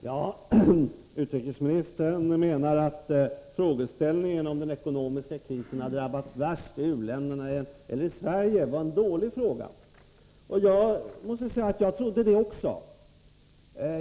Herr talman! Utrikesministern menar att frågan om huruvida den ekonomiska krisen värst har drabbat u-länderna eller Sverige var en dålig fråga. Jag måste säga att också jag trodde det.